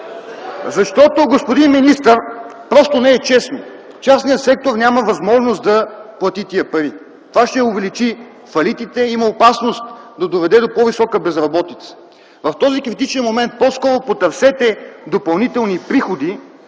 Защото, господин министър, просто не е честно. Частният сектор няма възможност да плати тези пари. Това ще увеличи фалитите. Има опасност да доведе до по-висока безработица. В този критичен момент по-скоро потърсете допълнителни приходи,